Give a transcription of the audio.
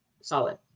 solid